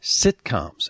sitcoms